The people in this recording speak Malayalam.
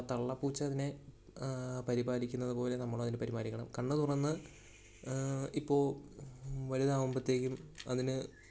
തള്ളപ്പൂച്ച തന്നെ പരിപാലിക്കുന്നതു പോലെ നമ്മളതിനെ പരിപാലിക്കണം കണ്ണു തുറന്ന് ഇപ്പോൾ വലുതാകുമ്പോഴത്തേക്കും അതിന്